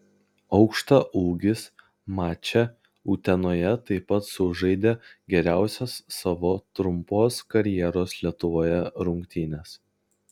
aukštaūgis mače utenoje taip pat sužaidė geriausias savo trumpos karjeros lietuvoje rungtynes